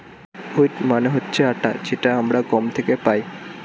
wheat মানে হচ্ছে আটা যেটা আমরা গম থেকে পাই